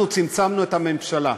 אנחנו צמצמנו את הממשלה,